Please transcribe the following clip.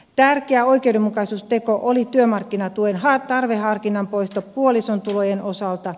tärkeä oikeudenmukaisuusteko oli työmarkkinatuen tarveharkinnan poisto puolison tulojen osalta